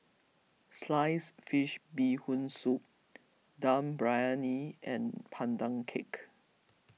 Sliced Fish Bee Hoon Soup Dum Briyani and Pandan Cake